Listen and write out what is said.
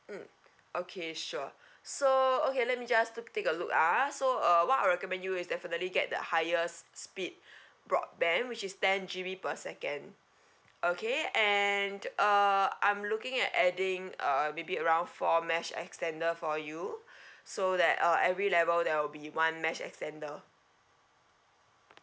mm okay sure so okay let me just take a look ah so uh what I'll recommend you is definitely get the highest speed broadband which is ten G_B per second okay and uh I'm looking at adding uh maybe around four mesh extender for you so that uh every level there will be one mesh extender